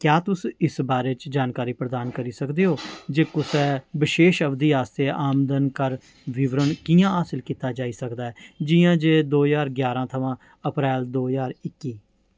क्या तुस इस बारे च जानकारी प्रदान करी सकदे ओ जे कुसै बशेश अवधि आस्तै आमदन कर विवरण कि'यां हासल कीता जाई सकदा ऐ जि'यां जे दो ज्हार ग्यारह् थमां अप्रैल दो ज्हार इक्की